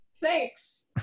thanks